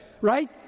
right